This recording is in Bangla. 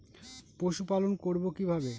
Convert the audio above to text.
পশুপালন করব কিভাবে?